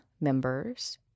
members